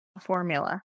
formula